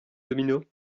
domino